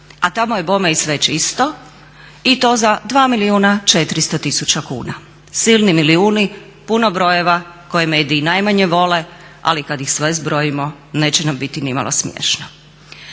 A tamo je bome i sve čisto i to za 2 milijuna i 400 tisuća kuna. Silni milijuni, puno brojeva koje mediji najmanje vole ali kad ih sve zbrojimo neće nam biti nimalo smiješno.